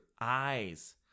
eyes